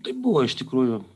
tai buvo iš tikrųjų